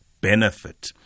benefit